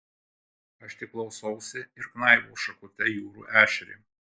aš tik klausausi ir knaibau šakute jūrų ešerį